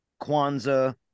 Kwanzaa